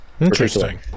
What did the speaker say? interesting